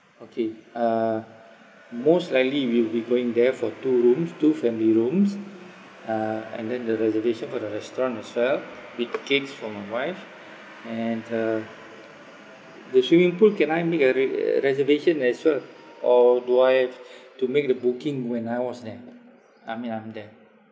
okay uh most likely we'll be going there for two rooms two family rooms uh and then the reservation for the restaurant itself with cakes for my wife and uh the swimming pool can I make a re~ uh reservation as well or do I have to make the booking when I was there I mean I'm there